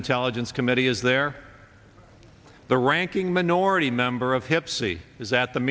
intelligence committee is there the ranking minority member of hips he is at the